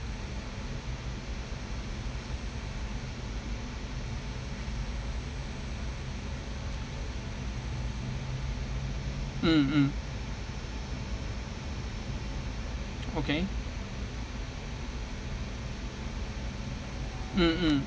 mmhmm okay mmhmm